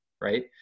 right